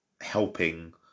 helping